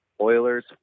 Oilers